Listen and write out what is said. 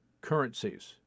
currencies